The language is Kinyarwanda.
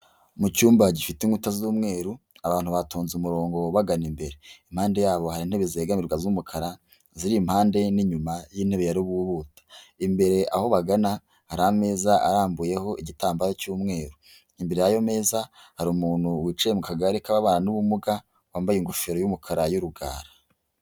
Mu cyumba gifite inkuta z'umweru abantu batonze umurongo bagana imbere impande yabo hari intebe zigamiga z'umukara ziri impande n'inyuma y'intebe ya rubuta imbere aho bagana hari ameza arambuyeho igitambaro cy'umweru imbererayo meza hari umuntu wicaye mu kagari k'abantubana b'ubumuga wambaye ingofero y'umukara y'urugara.